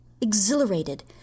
Exhilarated